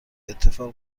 اتفاق